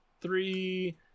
three